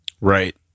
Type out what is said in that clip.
Right